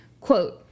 Quote